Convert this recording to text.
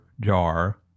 jar